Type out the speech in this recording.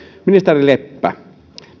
ministeri leppä